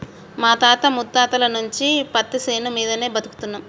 మా తాత ముత్తాతల నుంచి పత్తిశేను మీదనే బతుకుతున్నం